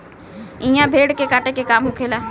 इहा भेड़ के काटे के काम होखेला